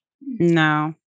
No